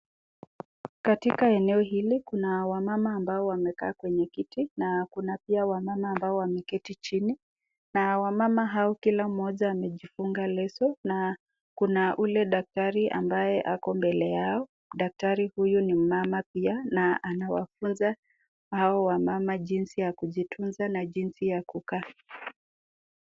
Katika eneo hili kuna wamama ambao wamekaa kwenye kiti na kuna pia wamama ambao wameketi chini. Na wamama hao kila mmoja amejifunga leso na kuna yule daktari ambaye ako mbele yao. Daktari huyu ni mama pia na anawafunza hao wamama jinsi ya kujitunza na jinsi ya kukaa.